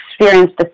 experienced